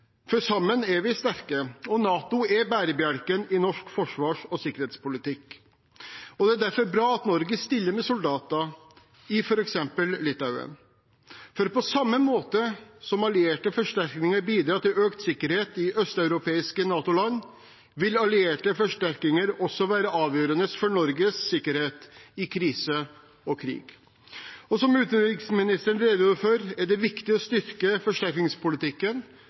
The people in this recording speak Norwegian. for sammen er vi sterke, og NATO er bærebjelken i norsk forsvars- og sikkerhetspolitikk. Det er derfor bra at Norge stiller med soldater i f.eks. Litauen. For på samme måte som allierte forsterkninger bidrar til økt sikkerhet i østeuropeiske NATO-land, vil allierte forsterkninger også være avgjørende for Norges sikkerhet i krise og krig. Som utenriksministeren redegjorde for, er det viktig å styrke